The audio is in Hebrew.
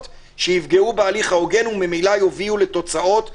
שיפגעו בהליך ההוגן וממילא יובילו לתוצאות בלתי-צודקות.